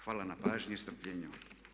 Hvala na pažnji i strpljenju.